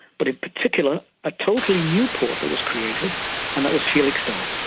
but in particular a totally new port that was created and that was felixstowe.